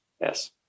Yes